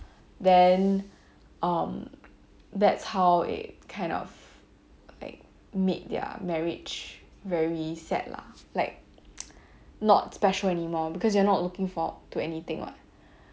then um that's how it kind of like made their marriage very sad lah like not special anymore because you're not looking forward to anything what